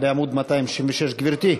בעמוד 266. גברתי?